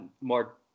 more